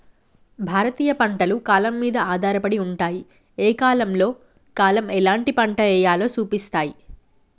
భారతీయ పంటలు కాలం మీద ఆధారపడి ఉంటాయి, ఏ కాలంలో కాలం ఎలాంటి పంట ఎయ్యాలో సూపిస్తాయి